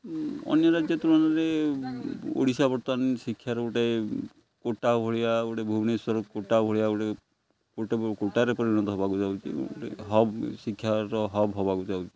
ଅନ୍ୟ ରାଜ୍ୟ ତୁଳନାରେ ଓଡ଼ିଶା ବର୍ତ୍ତମାନ ଶିକ୍ଷାର ଗୋଟେ କୋଟା ଭଳିଆ ଗୋଟେ ଭୁବନେଶ୍ୱର କୋଟା ଭଳିଆ କୋଟା କୋଟାରେ ପରିଣତ ହେବାକୁ ଯାଉଛି ଗୋଟେ ହବ୍ ଶିକ୍ଷାର ହବ୍ ହେବାକୁ ଯାଉଛି